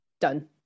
done